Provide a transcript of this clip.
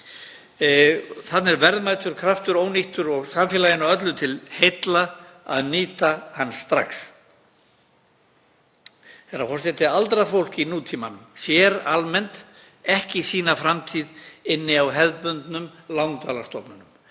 Þarna er verðmætur kraftur ónýttur og samfélaginu öllu til heilla að nýta hann strax. Herra forseti. Aldrað fólk í nútímanum sér almennt ekki sína framtíð inni á hefðbundnum langdvalarstofnunum,